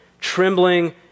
trembling